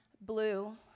blue